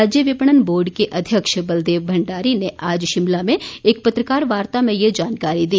राज्य विपणन बोर्ड के अध्यक्ष बलदेव भंडारी ने आज शिमला में एक पत्रकार वार्ता में यह जानकारी दी